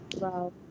Wow